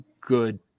good